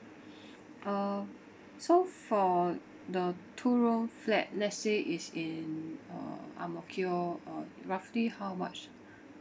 uh so for the two room flat let's say is in uh ang mo kio uh roughly how much